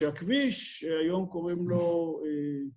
שהכביש, שהיום קוראים לו אה...